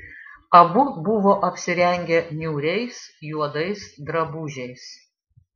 abu buvo apsirengę niūriais juodais drabužiais